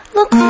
Look